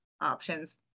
options